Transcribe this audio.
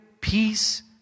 peace